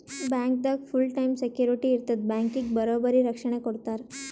ಬ್ಯಾಂಕ್ದಾಗ್ full tight security ಇರ್ತದ್ ಬ್ಯಾಂಕಿಗ್ ಬರೋರಿಗ್ ರಕ್ಷಣೆ ಕೊಡ್ತಾರ